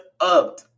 up